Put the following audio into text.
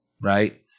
right